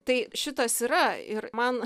tai šitas yra ir man